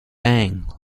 bang